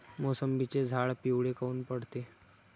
मोसंबीचे झाडं पिवळे काऊन पडते?